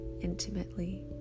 intimately